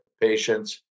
patients